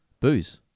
booze